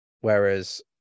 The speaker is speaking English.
Whereas